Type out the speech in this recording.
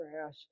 trash